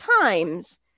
times